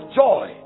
joy